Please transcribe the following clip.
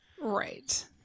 Right